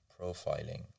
profiling